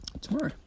tomorrow